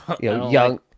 Young